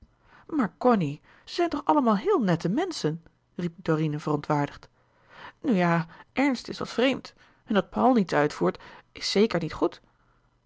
maar cony ze zijn allemaal toch heel nette menschen riep dorine verontwaardigd nu ja ernst is wat vreemd en dat paul niets uitvoert is zeker niet goed